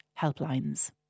helplines